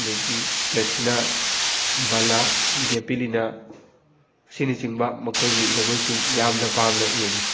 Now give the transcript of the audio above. ꯑꯗꯒꯤ ꯃꯦꯛꯁꯤꯅꯥ ꯕꯂꯥ ꯒꯦꯄꯤꯂꯤꯅꯥ ꯑꯁꯤꯅꯆꯤꯡꯕ ꯃꯈꯣꯏꯒꯤ ꯖꯒꯣꯏꯁꯤꯡ ꯌꯥꯝꯅ ꯄꯥꯝꯅ ꯌꯦꯡꯉꯤ